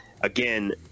again